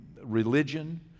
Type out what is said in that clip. religion